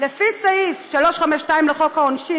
לפי סעיף 352 לחוק העונשין,